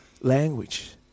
language